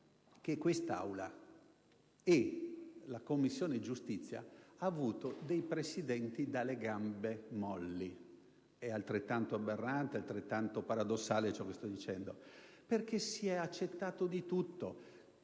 che questa Aula e la Commissione giustizia hanno avuto dei Presidenti dalle gambe molli - è altrettanto aberrante e paradossale ciò che sto dicendo - perché si è accettato di tutto.